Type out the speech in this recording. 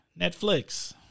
Netflix